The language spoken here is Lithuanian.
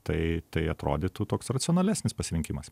tai tai atrodytų toks racionalesnis pasirinkimas